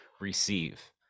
receive